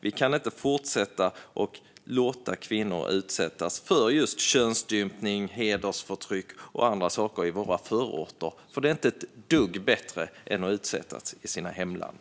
Vi kan inte fortsätta låta kvinnor utsättas för just könsstympning, hedersförtryck och andra saker i våra förorter. Det är inte ett dugg bättre att utsättas där än att utsättas i sitt hemland.